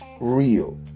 real